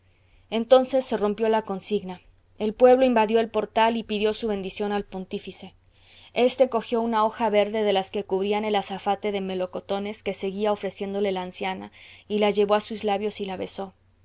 entonces se rompió la consigna el pueblo invadió el portal y pidió su bendición al pontífice éste cogió una hoja verde de las que cubrían el azafate de melocotones que seguía ofreciéndole la anciana y la llevó a sus labios y la besó